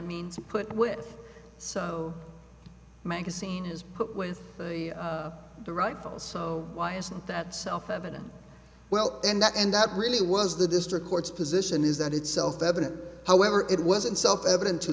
means put up with so magazine is put with the rightful so why isn't that self evident well and that and that really was the district court's position is that it's self evident however it wasn't self evident to